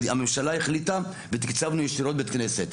הממשלה החליטה ותקצבנו ישירות בית כנסת.